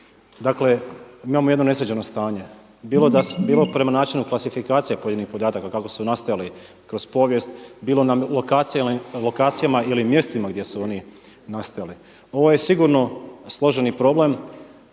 dakle imamo jedno nesređeno stanje, bilo prema načinu klasifikacija pojedinih podataka kako su nastajali kroz povijest, bilo na lokacijama ili mjestima gdje su oni nastajali. Ovo je sigurno složeni problem